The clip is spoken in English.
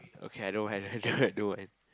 okay I don't mind I don't mind